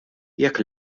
jekk